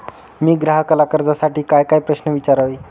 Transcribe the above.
मी ग्राहकाला कर्जासाठी कायकाय प्रश्न विचारावे?